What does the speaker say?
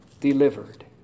delivered